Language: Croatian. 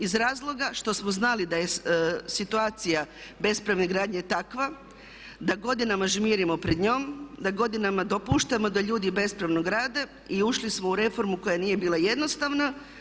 Iz razloga što smo znali da je situacija bespravne gradnje takva da godinama žmirimo pred njom, da godinama dopuštamo da ljudi bespravno grade i ušli smo u reformu koja nije bila jednostavna.